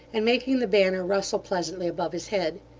and making the banner rustle pleasantly above his head.